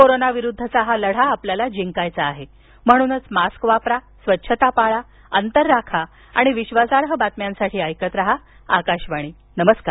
corona विरुद्धचा हा लढा आपल्याला जिंकायचा आहे म्हणूनच मास्क वापरा स्वच्छता पाळा अंतर राखा आणि विश्वासार्ह बातम्यांसाठी ऐकत रहा आकाशवाणी नमस्कार